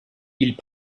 ils